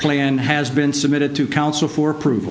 plan has been submitted to council for proof